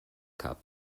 cap